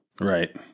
Right